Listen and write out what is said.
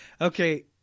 okay